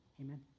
Amen